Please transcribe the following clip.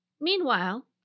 Meanwhile